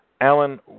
Alan